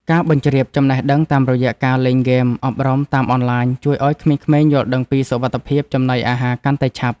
ការបញ្ជ្រាបចំណេះដឹងតាមរយៈការលេងហ្គេមអប់រំតាមអនឡាញ ជួយឱ្យក្មេងៗយល់ដឹងពីសុវត្ថិភាពចំណីអាហារកាន់តែឆាប់។